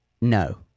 No